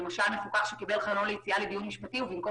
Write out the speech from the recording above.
למשל מפוקח שקיבל חלון ליציאה לדיון משפטי ובמקום